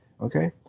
Okay